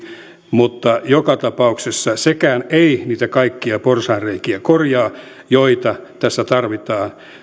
mutta joka tapauksessa sekään ei niitä kaikkia porsaanreikiä korjaa joita tässä tarvitsisi korjata